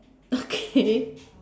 okay